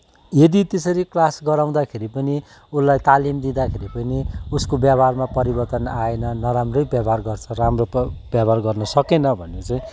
यदि त्यसरी क्लास गराउँदाखेरि पनि उसलाई तालिम दिँदाखेरि पनि उसको व्यवहारमा परिवर्तन आएन नराम्रै व्यवहार गर्छ राम्रो व्यवहार गर्नु सकेन भने चाहिँ